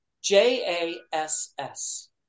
J-A-S-S